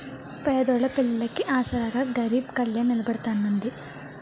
పేదోళ్ళ పెళ్లిళ్లికి ఆసరాగా గరీబ్ కళ్యాణ్ నిలబడతాన్నది